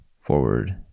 forward